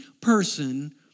person